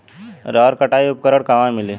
रहर कटाई उपकरण कहवा मिली?